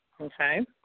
Okay